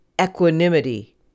equanimity